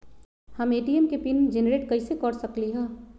हम ए.टी.एम के PIN generate कईसे कर सकली ह?